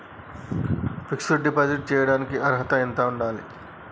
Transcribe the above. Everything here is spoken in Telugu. ఫిక్స్ డ్ డిపాజిట్ చేయటానికి అర్హత ఎంత ఉండాలి?